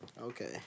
Okay